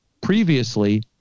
previously